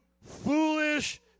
foolish